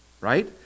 Right